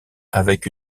avec